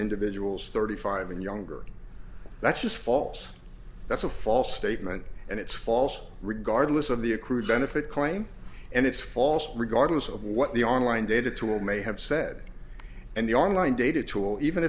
individuals thirty five and younger that's just false that's a false statement and it's false regardless of the accrued benefit claim and it's false regardless of what the online data tool may have said and the online data tool even